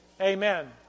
amen